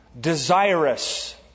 desirous